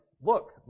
Look